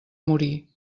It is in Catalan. morir